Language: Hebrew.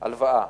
הלוואה